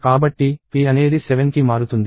కాబట్టి p అనేది 7కి మారుతుంది